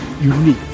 unique